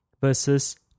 versus